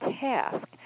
task